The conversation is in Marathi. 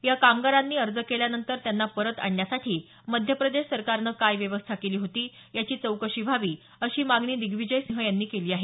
या कामगारांनी अर्ज केल्यानंतर त्यांना परत आणण्यासाठी मध्यप्रदेश सरकारनं काय व्यवस्था केली होती याची चौकशी व्हावी अशी मागणी दिग्वीजय सिंह यांनी केली आहे